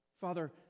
Father